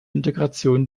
integration